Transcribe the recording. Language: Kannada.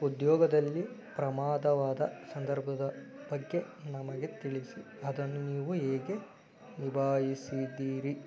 ಉದ್ಯೋಗದಲ್ಲಿ ಪ್ರಮಾದವಾದ ಸಂದರ್ಭದ ಬಗ್ಗೆ ನಮಗೆ ತಿಳಿಸಿ ಅದನ್ನು ನೀವು ಹೇಗೆ ನಿಭಾಯಿಸಿದ್ದೀರಿ ಅಂತ